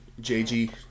JG